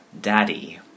Daddy